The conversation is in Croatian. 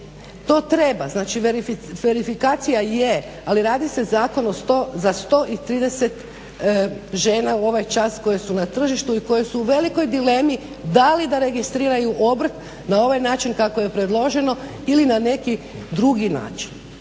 To treba, znači verifikacija je ali se radi zakon za 130 žena u ovom času koje su na tržištu i koje su u velikoj dilemi da li da registriraju obrt na ovaj način kako je predloženo ili na neki drugi način.